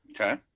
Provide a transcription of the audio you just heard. Okay